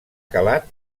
calat